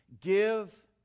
give